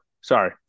Sorry